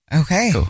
Okay